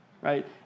right